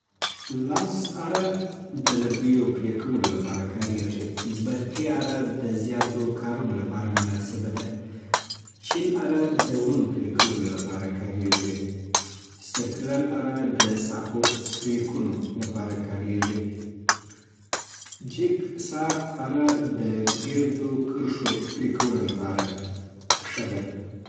لاس اره د لرګیو پرېکولو لپاره کارېږي. برقي اره د زیاتو کارونو لپاره مناسبه ده. چین اره د ونو پرې کولو لپاره کارېږي. سرکلر اره د صافو پرېکونو لپاره کاریږی. جيګ سا اره د ګردو کرښو پرېکولو لپاره ښه ده